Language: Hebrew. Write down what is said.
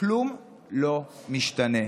כלום לא משתנה.